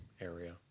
area